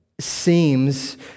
seems